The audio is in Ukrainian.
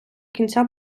кінця